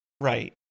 Right